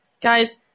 Guys